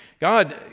God